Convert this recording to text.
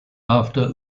after